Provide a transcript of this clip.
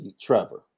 Trevor